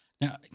Now